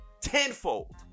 tenfold